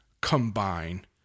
Combine